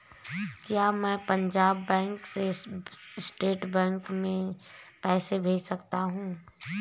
क्या मैं पंजाब बैंक से स्टेट बैंक में पैसे भेज सकता हूँ?